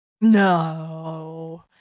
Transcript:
No